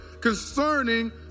concerning